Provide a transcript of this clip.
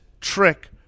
trick